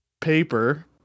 paper